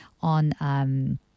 on